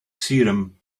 serum